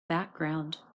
background